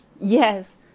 Yes